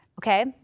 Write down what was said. Okay